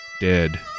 Dead